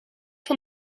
van